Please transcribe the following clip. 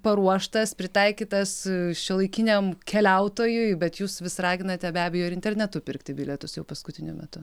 paruoštas pritaikytas šiuolaikiniam keliautojui bet jūs vis raginate be abejo ir internetu pirkti bilietus jau paskutiniu metu